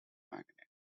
magnet